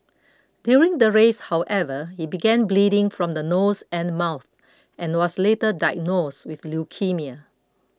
during the race however he began bleeding from the nose and mouth and was later diagnosed with leukaemia